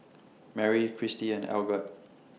Merrie Cristy and Algot